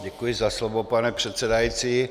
Děkuji za slovo, pane předsedající.